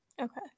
Okay